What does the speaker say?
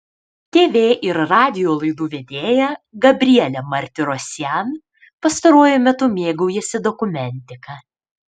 tv ir radijo laidų vedėja gabrielė martirosian pastaruoju metu mėgaujasi dokumentika